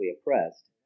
oppressed